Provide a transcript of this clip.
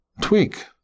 tweak